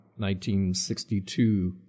1962